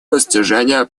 достижения